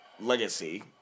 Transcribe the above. legacy